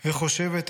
/ וחושבת,